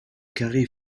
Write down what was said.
carré